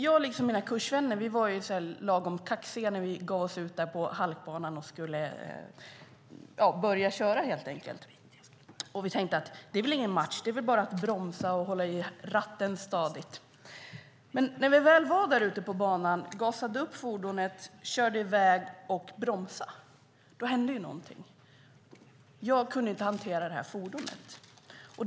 Jag, liksom mina kursvänner, var lagom kaxiga när vi gav oss ut på halkbanan och skulle börja köra. Vi tänkte: Det är väl ingen match. Det är väl bara att bromsa och hålla i ratten stadigt. Men när vi väl var där ute på banan, gasade upp fordonet, körde i väg och bromsade hände ju någonting. Jag kunde inte hantera det här fordonet.